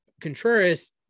Contreras